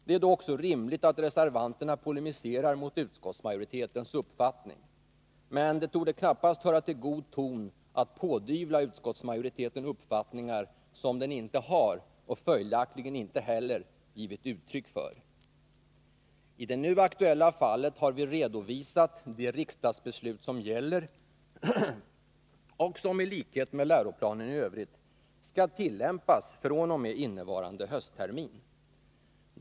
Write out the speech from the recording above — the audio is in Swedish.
Det är då också rimligt att reservanterna polemiserar mot utskottsmajoritetens uppfattning, men det torde knappast höra till god ton att pådyvla utskottsmajoriteten uppfattningar som den inte har och följaktligen inte heller givit uttryck för. I det nu aktuella fallet har vi redovisat det riksdagsbeslut som gäller och som i likhet med läroplanen i övrigt skall tillämpas fr.o.m. innevarande hösttermin.